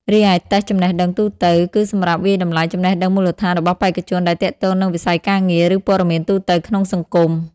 រីឯតេស្តចំណេះដឹងទូទៅ គឺសម្រាប់វាយតម្លៃចំណេះដឹងមូលដ្ឋានរបស់បេក្ខជនដែលទាក់ទងនឹងវិស័យការងារ ឬព័ត៌មានទូទៅក្នុងសង្គម។